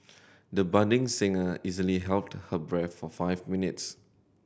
the budding singer easily held her breath for five minutes